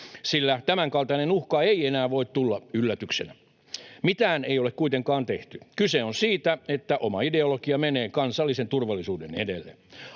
sillä tämänkaltainen uhka ei enää voi tulla yllätyksenä. Mitään ei ole kuitenkaan tehty. Kyse on siitä, että oma ideologia menee kansallisen turvallisuuden edelle.